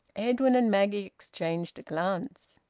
edwin and maggie exchanged a glance.